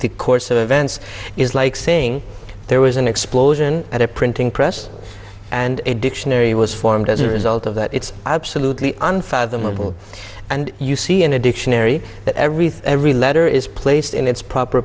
the course of events is like saying there was an explosion at a printing press and a dictionary was formed as a result of that it's absolutely unfathomable and you see in a dictionary that everything every letter is placed in its proper